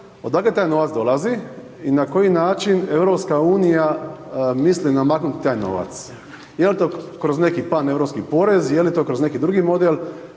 odakle taj novac dolazi i na koji način EU misli namaknut taj novac? Jel to kroz neki pan europski porez, je li to kroz neki drugi model?